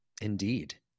Indeed